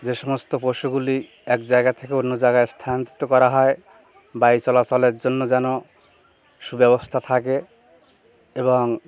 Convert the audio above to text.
যে সমস্ত পশুগুলি এক জায়গা থেকে অন্য জাগায় স্থানান্তরিত করা হয় বায়ু চলাচলের জন্য যেন সুব্যবস্থা থাকে এবং